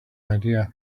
idea